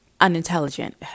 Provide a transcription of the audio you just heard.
unintelligent